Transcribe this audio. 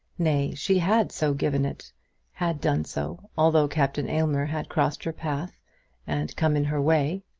nay she had so given it had done so, although captain aylmer had crossed her path and come in her way.